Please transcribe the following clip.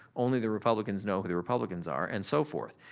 only the republicans know the republicans are and so forth.